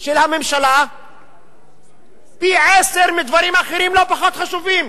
של הממשלה פי-עשרה מדברים אחרים, לא פחות חשובים